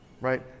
Right